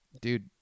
dude